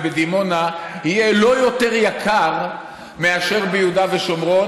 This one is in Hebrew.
ובדימונה יהיה לא יותר יקר מאשר ביהודה ושומרון,